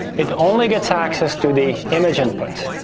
it only gets access to the image input,